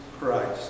Christ